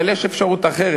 אבל יש אפשרות אחרת,